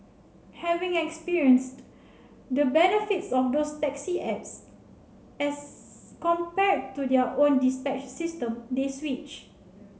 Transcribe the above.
having experienced the benefits of those taxi apps as compared to their own dispatch system they switch